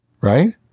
Right